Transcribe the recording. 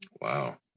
wow